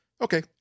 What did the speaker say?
Okay